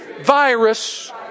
virus